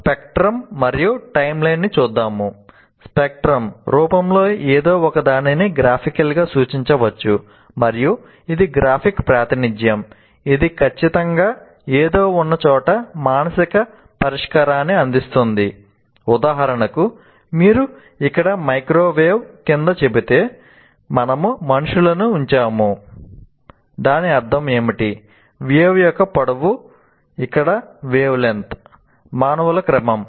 spectrum మానవుల క్రమం